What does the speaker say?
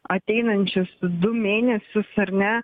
ateinančius du mėnesius ar ne